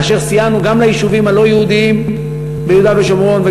כאשר סייענו גם ליישובים הלא-יהודיים ביהודה ושומרון,